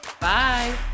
Bye